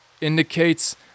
indicates